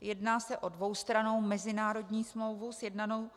Jedná se o dvoustrannou mezinárodní smlouvu sjednanou